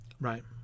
Right